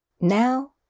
Now